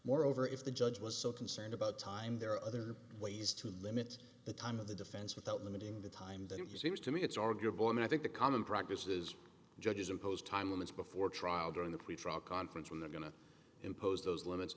moreover if the judge was so concerned about time there are other ways to limit the time of the defense without limiting the time that he seems to me it's arguable and i think the common practice is judges impose time limits before trial during the pretrial conference when they're going to impose those limits